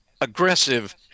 aggressive